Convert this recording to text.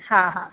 हा हा